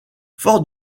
fort